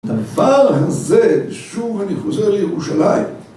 דבר הזה, שוב אני חוזר לירושלים